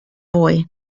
boy